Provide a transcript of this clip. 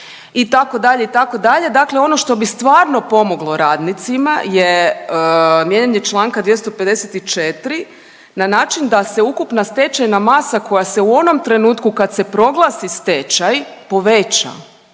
radnik itd. itd. Dakle, ono što bi stvarno pomoglo radnicima je mijenjanje članka 254. na način da se ukupna stečajna masa koja se u onom trenutku kad se proglasi stečaj poveća